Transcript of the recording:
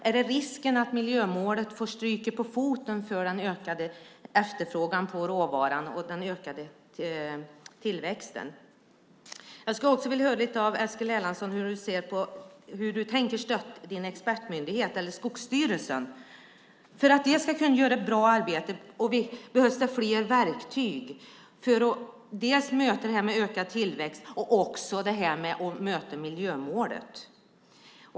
Finns risken att miljömålet får stryka på foten för den ökade efterfrågan på råvaran och den ökade tillväxten? Jag skulle också vilja höra lite av Eskil Erlandsson om hur du tänker stötta din expertmyndighet, Skogsstyrelsen. För att de ska kunna göra ett bra arbete behövs det fler verktyg för att dels möta det här med ökad tillväxt, dels möta miljömålet.